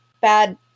bad